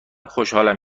خوشحالم